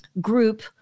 group